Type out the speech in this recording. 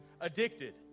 addicted